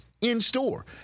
in-store